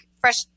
fresh